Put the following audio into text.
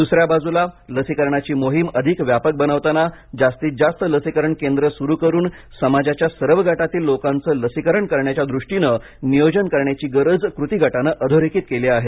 दुसऱ्या बाजूला लसीकरणाची मोहीम अधिक व्यापक बनवताना जास्तीत जास्त लसीकरण केंद्र सुरु करून समाजाच्या सर्व गटातील लोकांचे लसीकरण करण्याच्या दृष्टीनं नियोजन करण्याची गरज कृती गटानं अधोरेखित केली आहे